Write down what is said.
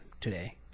today